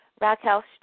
Raquel